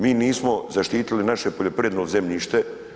Mi nismo zaštitili naše poljo9privredno zemljište.